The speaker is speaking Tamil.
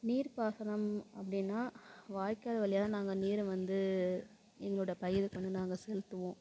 நீர் பாசனம் அப்படினா வாய்க்கால் வழியா தான் நாங்கள் நீரை வந்து எங்களோட பயிருக்கு வந்து நாங்கள் செலுத்துவோம்